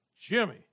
Jimmy